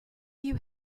you